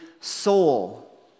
soul